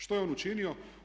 Što je on učinio?